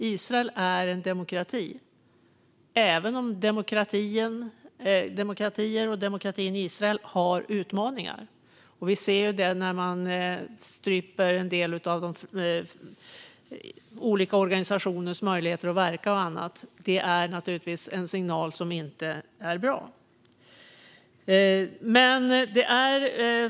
Israel är en demokrati, även om demokratin i Israel har utmaningar. Det ser vi när man stryper olika organisationers möjligheter att verka och annat. Det är naturligtvis en signal som inte är bra.